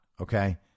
okay